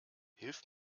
hilf